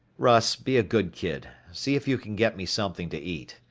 russ, be a good kid. see if you can get me something to eat.